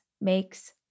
makes